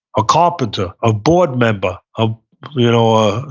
a carpenter, a board member, a you know